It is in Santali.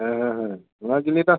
ᱦᱮᱸ ᱚᱱᱟᱜᱮᱧ ᱞᱟᱹᱭᱮᱫᱟ